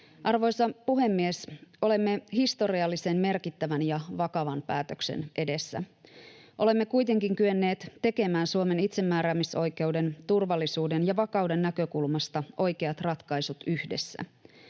Arvoisa puhemies! Olemme historiallisen, merkittävän ja vakavan päätöksen edessä. Olemme kuitenkin kyenneet tekemään Suomen itsemääräämisoikeuden, turvallisuuden ja vakauden näkökulmasta oikeat ratkaisut yhdessä.